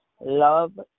love